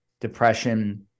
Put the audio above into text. depression